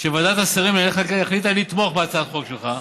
שוועדת השרים לענייני חקיקה החליטה לתמוך בהצעת החוק שלך,